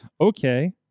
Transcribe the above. Okay